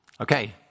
Okay